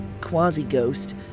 quasi-ghost